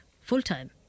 full-time